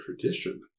tradition